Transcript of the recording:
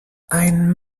ein